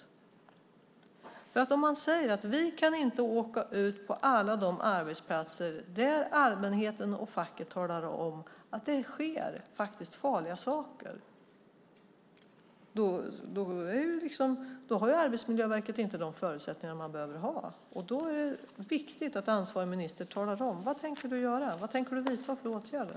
Om Arbetsmiljöverket säger att man inte kan åka ut på alla de arbetsplatser där allmänheten och facket talar om att det sker farliga saker, då har Arbetsmiljöverket inte de förutsättningar som verket behöver. Då är det viktigt att ansvarig minister talar om vad han tänker vidta för åtgärder.